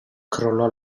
crollò